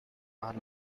are